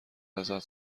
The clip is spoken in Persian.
ازت